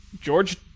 George